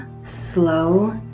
slow